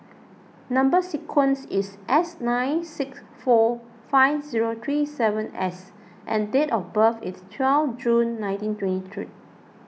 Number Sequence is S nine six four five zero three seven S and date of birth is twelve June nineteen twenty three